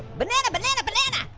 banana, banana, banana!